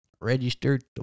registered